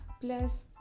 plus